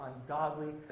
ungodly